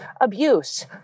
abuse